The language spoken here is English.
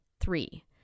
Three